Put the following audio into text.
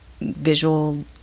visual